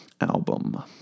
Album